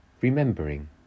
Remembering